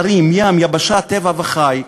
ערים, ים, יבשה, טבע וחי,